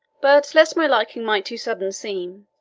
but lest my liking might too sudden seem,